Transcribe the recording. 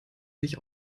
sich